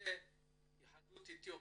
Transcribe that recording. זה יהדות אתיופיה,